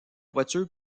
voiture